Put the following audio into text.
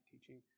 teaching